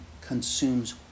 consumes